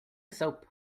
soap